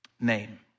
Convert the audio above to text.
name